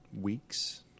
weeks